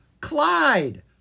Clyde